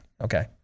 Okay